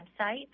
website